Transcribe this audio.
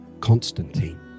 constantine